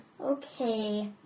Okay